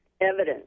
evidence